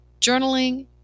journaling